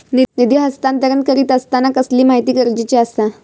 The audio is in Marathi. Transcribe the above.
निधी हस्तांतरण करीत आसताना कसली माहिती गरजेची आसा?